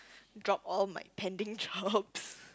drop all my pending jobs